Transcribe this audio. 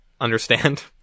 understand